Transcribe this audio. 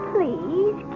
Please